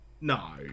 No